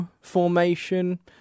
formation